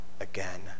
again